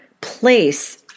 place